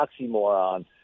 oxymoron